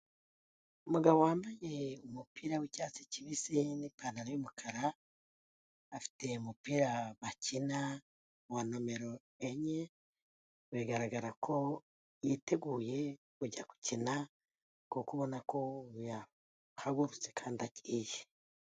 Umugabo wambaye umupira w'icyatsi kibisi n'ipantaro y'umukara, afite umupira bakina wa nomero enye, bigaragara ko yiteguye kujya gukina kuko ubona ko yahagurutse kandi agiye.